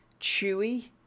chewy